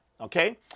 Okay